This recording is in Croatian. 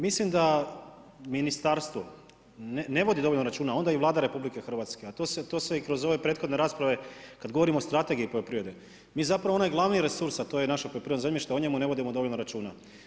Mislim da ministarstvo ne vodi dovoljno računa, onda i Vlada RH, a to se i kroz ove prethodne rasprave, kada govorimo o strategiji poljoprivrede, mi zapravo, onaj glavni resor, a to je naša poljoprivredno zemljište, o njemu ne vodimo dovoljno računa.